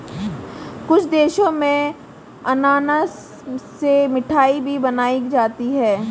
कुछ देशों में अनानास से मिठाई भी बनाई जाती है